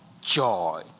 joy